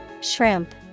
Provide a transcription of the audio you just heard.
Shrimp